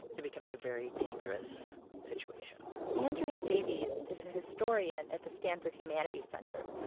it becomes a very dangerous situation andrea davies is a historian at the stanford humanities center,